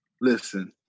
listen